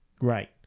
Right